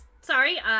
sorry